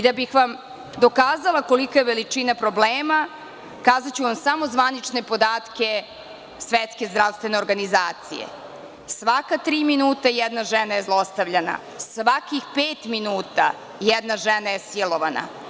Da bih vam dokazala kolika je veličina problema, kazaću vam samo zvanične podatke SZO, svaka tri minuta jedna žena je zlostavljana, a svakih pet minuta jedna žena je silovana.